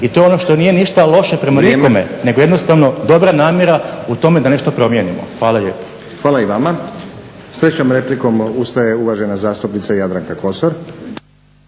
i to je ono što nije ništa loše prema nikome, nego jednostavno dobra namjera u tome da nešto promijenimo. Hvala lijepo. **Stazić, Nenad (SDP)** Hvala i vama. S trećom replikom ustaje uvažena zastupnica Jadranka Kosor.